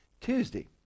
Tuesday